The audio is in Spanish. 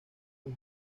los